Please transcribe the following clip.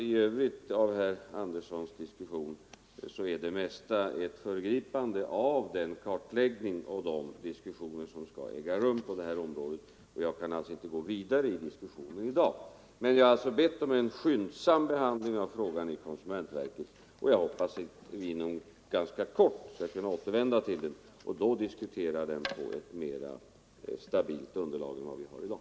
I övrigt är det mesta av herr Anderssons inlägg ett föregripande av den kartläggning och de diskussioner som skall äga rum på det här området. Jag kan alltså inte gå vidare in på saken i dag. Men jag har bett om en skyndsam behandling av frågan i konsumentverket, och jag hoppas att vi inom kort skall kunna återvända till den och då diskutera den på ett mer stabilt underlag än vi har i dag.